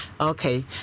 Okay